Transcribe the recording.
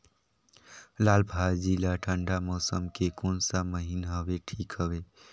लालभाजी ला ठंडा मौसम के कोन सा महीन हवे ठीक हवे?